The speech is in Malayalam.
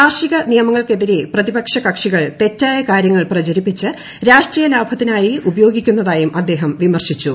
കാർഷിക നിയമങ്ങൾക്കെതിരെ പ്രതിപക്ഷകക്ഷികൾ തെറ്റായ കാര്യങ്ങൾ പ്രചരിപ്പിച്ച് രാഷ്ട്രീയലാഭത്തിനായി ഉപയോഗിക്കുന്നതായും അദ്ദേഹം വിമർശിച്ചു